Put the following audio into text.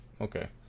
okay